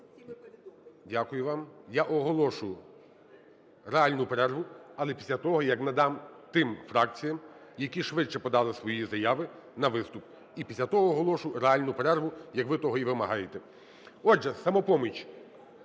Дякую вам. Я оголошу реальну перерву, але після того, як надам тим фракціям, які швидше подали свої заяви на виступ. І після того оголошу реальну перерву, як ви того і вимагаєте. Отже, "Самопоміч"